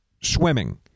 swimming